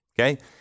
okay